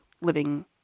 living